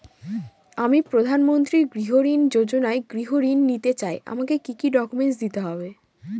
আমি প্রধানমন্ত্রী গৃহ ঋণ যোজনায় গৃহ ঋণ নিতে চাই আমাকে কি কি ডকুমেন্টস দিতে হবে?